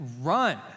run